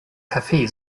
kaffee